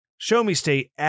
Show-me-state